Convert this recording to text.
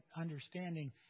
understanding